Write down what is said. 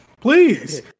Please